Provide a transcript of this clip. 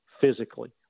physically